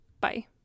Bye